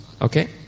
okay